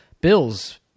Bills